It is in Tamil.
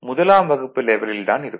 முதலாம் வகுப்பு லெவலில் தான் இருக்கும்